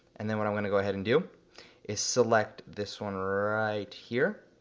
and then what i'm gonna go ahead and do is select this one right here.